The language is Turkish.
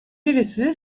birisi